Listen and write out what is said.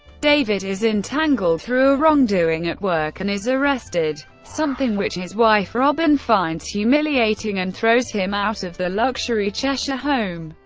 david is entangled through a wrongdoing at work and is arrested, something which his wife robyn finds humiliating and throws him out of their luxury cheshire home.